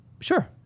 Sure